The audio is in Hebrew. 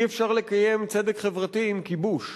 אי-אפשר לקיים צדק חברתי עם כיבוש,